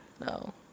no